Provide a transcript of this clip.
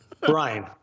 Brian